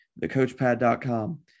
thecoachpad.com